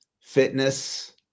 fitness